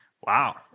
Wow